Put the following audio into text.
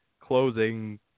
closing